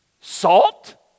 Salt